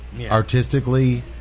artistically